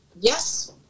Yes